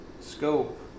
scope